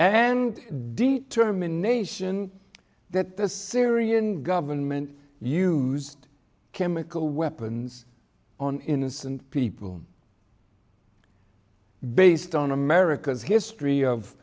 and determination that the syrian government used chemical weapons on innocent people based on america's history of